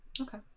Okay